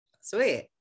sweet